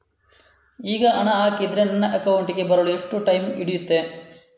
ಈಗ ಹಣ ಹಾಕಿದ್ರೆ ನನ್ನ ಅಕೌಂಟಿಗೆ ಬರಲು ಎಷ್ಟು ಟೈಮ್ ಹಿಡಿಯುತ್ತೆ?